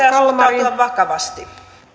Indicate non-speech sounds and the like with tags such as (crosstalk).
(unintelligible) ja luvituksiin pitää suhtautua vakavasti